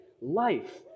Life